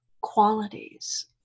qualities